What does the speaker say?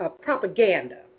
propaganda